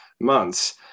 months